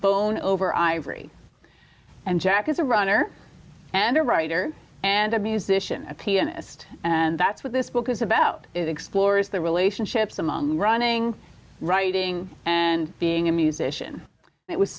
bone over ivory and jack is a runner and a writer and a musician a pianist and that's what this book is about it explores the relationships among running writing and being a musician it was